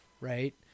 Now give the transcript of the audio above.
right